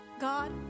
God